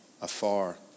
afar